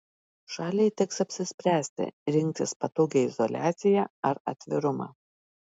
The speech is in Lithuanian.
šaliai teks apsispręsti rinktis patogią izoliaciją ar atvirumą